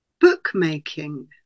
Bookmaking